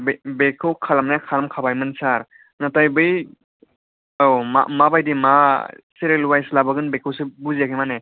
बेखौ बेखौ खालामनाया खालामखाबायमोन सार नाथाय बै औ माबादि माबादि मा सिरियाल वाइस लाबोगोन बेखौसो बुजियाखै माने